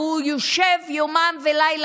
והוא יושב יומם ולילה,